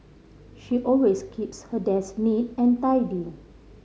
she always keeps her desk neat and tidy